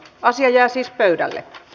asia jää siis pöydälle